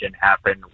happen